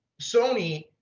Sony